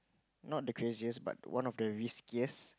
not the craziest but one of the riskiest